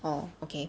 oh okay